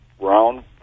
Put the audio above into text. round